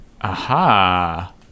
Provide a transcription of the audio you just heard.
aha